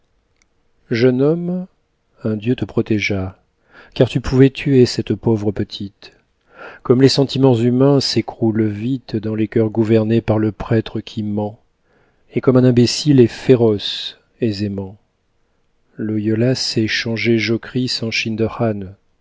jeune homme un dieu te protégea car tu pouvais tuer cette pauvre petite comme les sentiments humains s'écroulent vite dans les cœurs gouvernés par le prêtre qui ment et comme un imbécile est féroce aisément loyola sait changer jocrisse en